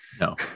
No